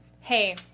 hey